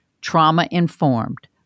trauma-informed